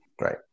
Right